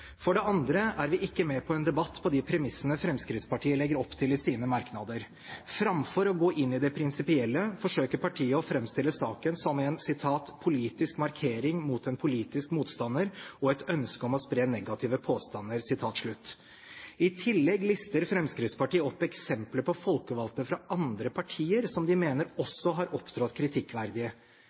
For det andre er vi ikke med på en debatt på de premissene Fremskrittspartiet legger opp til i sine merknader. Framfor å gå inn i det prinsipielle, forsøker partiet å framstille saken som en «politisk markering mot en politisk motstander» og et ønske om å spre negative påstander. I tillegg lister Fremskrittspartiet opp eksempler på folkevalgte fra andre partier som de mener også har opptrådt